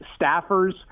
staffers